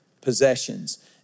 possessions